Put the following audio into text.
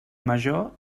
major